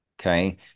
Okay